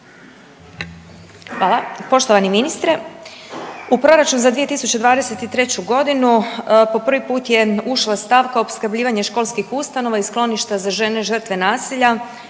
Hvala. Poštovani ministre, u proračun za 2023. godinu po prvi put je ušla stavka opskrbljivanje školskih ustanova i skloništa za žene žrtve nasilja